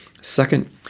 second